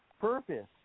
purpose